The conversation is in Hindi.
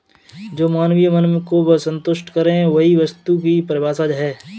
जो मानवीय मन को सन्तुष्ट करे वही वस्तु की परिभाषा है